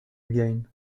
again